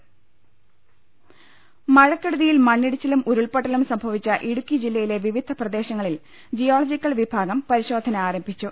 ൃ മഴക്കെടുതിയിൽ മണ്ണിടിച്ചിലും ഉരുൾപ്പൊട്ടലും സംഭവിച്ച ഇടുക്കി ജില്ലയിലെ വിവിധ പ്രദേശങ്ങളിൽ ജിയോളജിക്കൽ വിഭാഗം പരി ശോധന ആരംഭിച്ചു